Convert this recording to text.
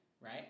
right